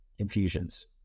Infusions